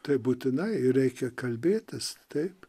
tai būtinai reikia kalbėtis taip